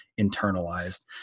internalized